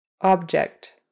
object